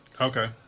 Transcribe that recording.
Okay